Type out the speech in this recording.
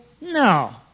No